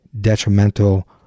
detrimental